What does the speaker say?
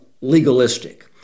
legalistic